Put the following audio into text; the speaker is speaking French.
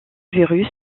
virus